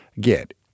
get